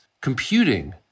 computing